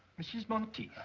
mrs. monteith?